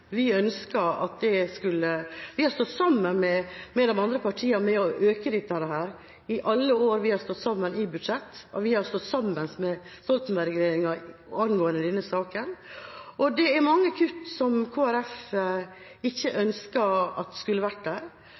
at det skulle reduseres. Vi har i alle år stått sammen med de andre partiene om å øke dette i budsjettet, og vi har også stått sammen med Stoltenberg-regjeringa angående denne saken. Det er mange kutt Kristelig Folkeparti ikke ønsker at skulle vært der.